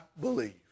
believe